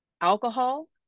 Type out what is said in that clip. alcohol